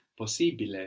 Possibile